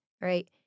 right